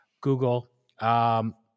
Google